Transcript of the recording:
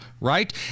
right